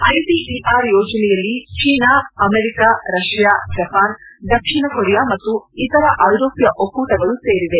ITER ಯೋಜನೆಯಲ್ಲಿ China America Russia Japan ದಕ್ಷಿಣ Korea ಮತ್ತು ಇತರ ಐರೋಪ್ಯ ಒಕ್ಕೂಟಗಳು ಸೇರಿವೆ